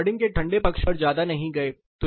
हम रिकॉर्डिंग के ठंडे पक्ष पर ज्यादा नहीं गए